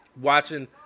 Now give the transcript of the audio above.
watching